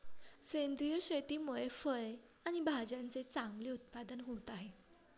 सेंद्रिय शेतीमुळे फळे आणि भाज्यांचे चांगले उत्पादन होत आहे